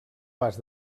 pas